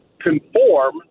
conform